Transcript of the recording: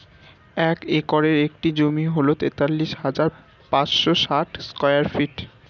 এক একরের একটি জমি হল তেতাল্লিশ হাজার পাঁচশ ষাট স্কয়ার ফিট